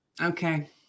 Okay